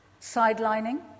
sidelining